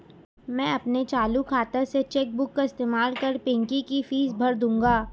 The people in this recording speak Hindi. मैं अपने चालू खाता से चेक बुक का इस्तेमाल कर पिंकी की फीस भर दूंगा